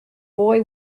boy